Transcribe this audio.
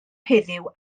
heddiw